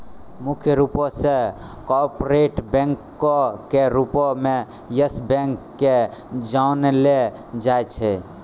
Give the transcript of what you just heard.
मुख्य रूपो से कार्पोरेट बैंको के रूपो मे यस बैंक के जानलो जाय छै